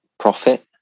profit